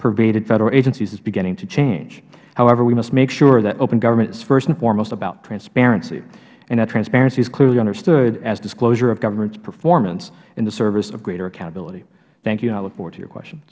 pervaded federal agencies is beginning to change however we must make sure that open government is first and foremost about transparency and that transparency is clearly understood as disclosure of government performance in the service of greater accountability thank you and i look forward to your question